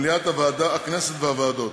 מליאת הכנסת והוועדות.